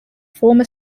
former